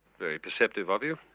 very perceptive of you,